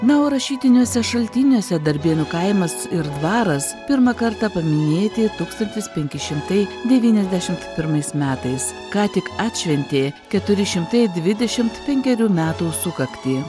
na o rašytiniuose šaltiniuose darbėnų kaimas ir dvaras pirmą kartą paminėti tūkstantis penki šimtai devyniasdešim pirmais metais ką tik atšventė keturi šimtai dvidešim penkerių metų sukaktį